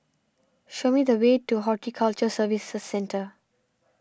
show me the way to Horticulture Services Centre